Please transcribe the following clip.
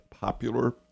popular